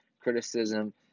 Criticism